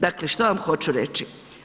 Dakle, što vam hoću reći?